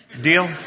Deal